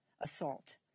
assault